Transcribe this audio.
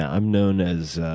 i'm known as i